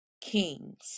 kings